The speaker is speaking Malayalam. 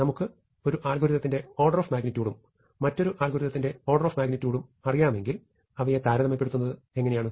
നമുക്ക് ഒരു അൽഗോരിതത്തിന്റെ ഓർഡർ ഓഫ് മാഗ്നിറ്റ്യുഡും മറ്റൊരു അൽഗോരിതത്തിന്റെ ഓർഡർ ഓഫ് മാഗ്നിറ്റ്യുഡും അറിയാമെങ്കിൽ അവയെ താരതമ്യപ്പെടുത്തുന്നത് എങ്ങനെയാണ്